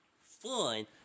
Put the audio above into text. fun